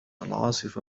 العاصفة